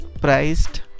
priced